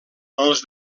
els